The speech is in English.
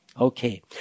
Okay